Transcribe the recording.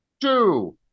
two